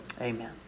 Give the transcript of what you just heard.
amen